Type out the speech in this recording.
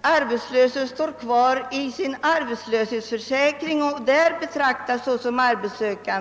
arbetslöse inte klassas ned i sjukpenningshänseende så länge han står kvar i arbetslöshetsförsäkringen och där betraktas såsom arbetssökande.